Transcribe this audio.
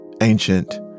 ancient